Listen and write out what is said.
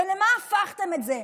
ולמה הפכתם את זה?